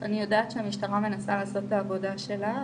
אני יודעת שהמשטרה מנסה לעשות את העבודה שלה,